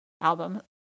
album